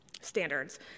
standards